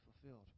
fulfilled